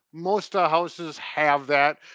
most ah houses have that.